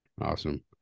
Awesome